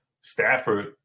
Stafford